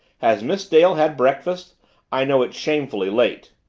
has miss dale had breakfast i know it's shamefully late.